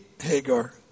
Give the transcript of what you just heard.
Hagar